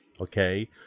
okay